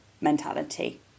mentality